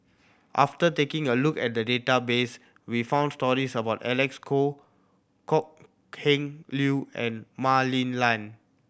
after taking a look at the database we found stories about Alec Kuok Kok Heng Leun and Mah Li Lian